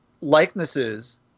likenesses